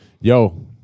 Yo